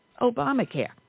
Obamacare